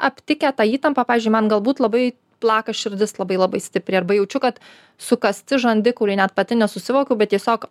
aptikę tą įtampą pavyzdžiui man galbūt labai plaka širdis labai labai stipriai arba jaučiu kad sukąsti žandikauliai net pati nesusivokiu bet tiesiog